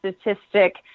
statistic